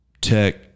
tech